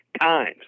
times